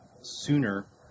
sooner